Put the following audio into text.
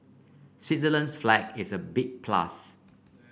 Switzerland's flag is a big plus